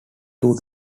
two